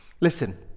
Listen